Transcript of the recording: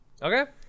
okay